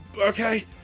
okay